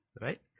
right